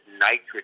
nitrogen